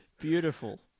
Beautiful